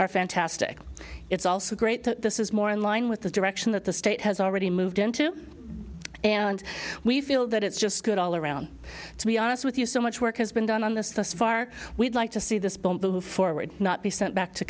are fantastic it's also great to more in line with the direction that the state has already moved into and we feel that it's just good all around to be honest with you so much work has been done on this thus far we'd like to see this bumble who forward not be sent back to